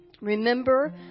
Remember